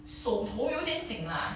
手头有点紧 lah